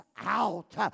out